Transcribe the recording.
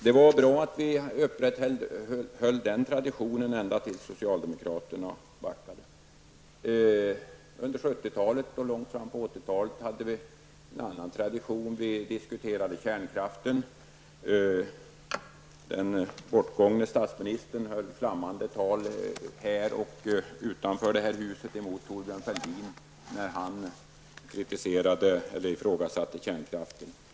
Det var bra att vi upprätthöll den traditionen ända tills socialdemokraterna backade i frågan. Under 70-talet och långt fram på 80-talet hade vi en annan tradition -- vi diskuterade kärnkraften. Den bortgångne statsministern höll här och utanför det här huset flammande tal mot Thorbjörn Fälldin när denne kritiserade eller ifrågasatte kärnkraften.